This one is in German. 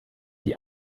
die